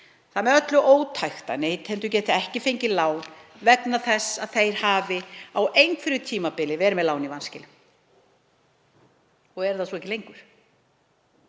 Það er með öllu ótækt að neytendur geti ekki fengið lán vegna þess að þeir hafi á einhverju tímabili verið með lán í vanskilum.“ — Og eru það svo ekki lengur.